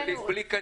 כן אורי.